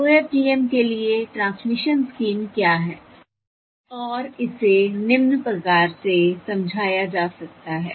OFDM के लिए transmission scheme क्या है और इसे निम्न प्रकार से समझाया जा सकता है